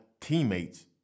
teammates